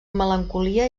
melancolia